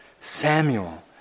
Samuel